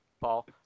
Paul